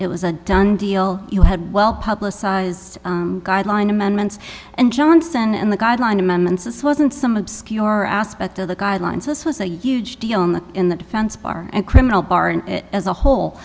it was a done deal you had well publicized guideline amendments and johnson and the guidelines amendments this wasn't some obscure aspect of the guidelines it was a huge deal in the in the defense bar and criminal bar and as a whole